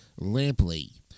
Lampley